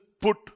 put